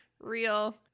Real